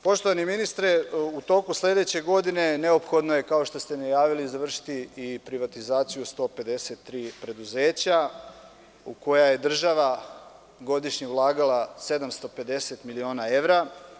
Poštovani ministre, u toku sledeće godine neophodno je, kao što ste najavili, završiti i privatizaciju 153 preduzeća, u koja je država godišnje ulagala 750 miliona evra.